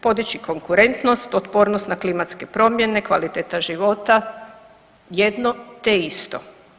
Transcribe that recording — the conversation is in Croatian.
Podići konkurentnost, otpornost na klimatske promjene, kvaliteta života, jedno te isto.